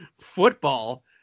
football